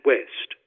West